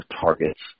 targets